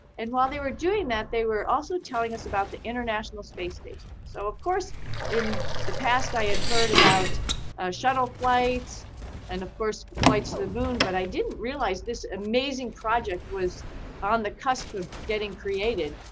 and while they were doing that, they were also telling us about the international space station. so of course in the past i had heard about shuttle flights and of course flights to the moon, but i didn't realize this amazing project was on the cusp of getting created.